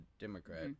Democrat